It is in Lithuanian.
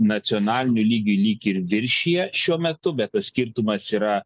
nacionaliniu lygiu lyg ir viršija šiuo metu bet tas skirtumas yra